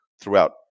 throughout